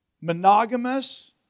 monogamous